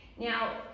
Now